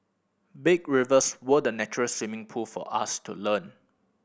big rivers were the natural swimming pool for us to learn